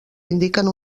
indiquen